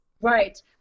Right